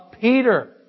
Peter